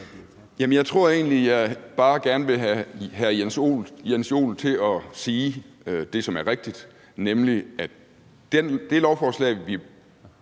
jeg tror egentlig, jeg bare gerne vil have hr. Jens Joel til at sige det, som er rigtigt, nemlig at det lovforslag, vi